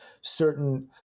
certain